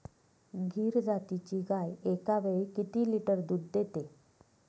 गीर जातीची गाय एकावेळी किती लिटर दूध देते?